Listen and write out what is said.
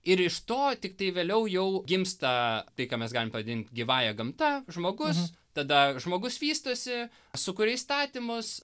ir iš to tiktai vėliau jau gimsta tai ką mes galim pavadint gyvąja gamta žmogus tada žmogus vystosi sukuria įstatymus